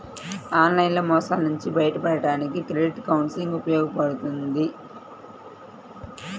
online మోసాల నుంచి బయటపడడానికి క్రెడిట్ కౌన్సిలింగ్ ఉపయోగపడుద్ది